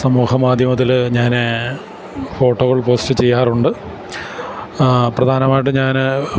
സമൂഹ മാധ്യമത്തില് ഞാന് ഫോട്ടോകൾ പോസ്റ്റ് ചെയ്യാറുണ്ട് പ്രധാനമായിട്ട് ഞാന്